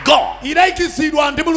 God